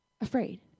afraid